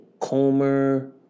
Comer